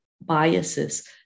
biases